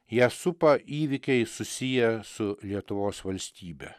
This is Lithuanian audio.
ją supa įvykiai susiję su lietuvos valstybe